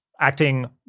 acting